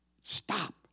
Stop